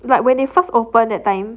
like when it first opened that time